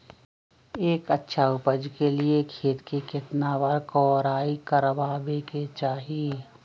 एक अच्छा उपज के लिए खेत के केतना बार कओराई करबआबे के चाहि?